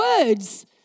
words